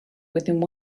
within